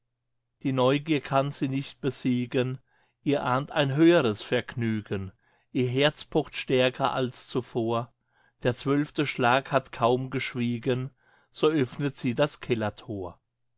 die neugier kann sie nicht besiegen ihr ahnt ein höheres vergnügen ihr herz pocht stärker als zuvor der zwölfte schlag hat kaum geschwiegen so öffnet sie das kellerthor